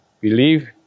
believe